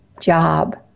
job